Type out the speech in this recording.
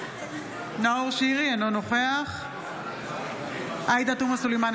אינו נוכח עאידה תומא סלימאן,